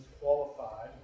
qualified